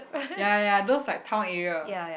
ya ya ya those like town area